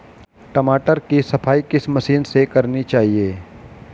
टमाटर की सफाई किस मशीन से करनी चाहिए?